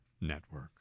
network